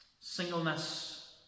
Singleness